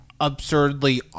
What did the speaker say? absurdly